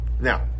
Now